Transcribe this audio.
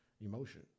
emotion